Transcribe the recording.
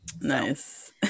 Nice